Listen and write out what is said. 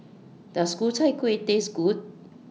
Does Ku Chai Kueh Taste Good